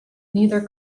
neither